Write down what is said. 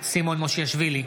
סימון מושיאשוילי,